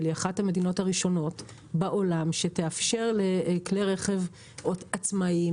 היא אחת המדינות הראשונות בעולם שתאפשר לכלי רכב עצמאיים